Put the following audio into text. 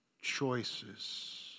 choices